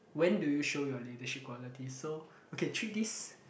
when do you show your leadership qualities so okay treat this